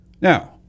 Now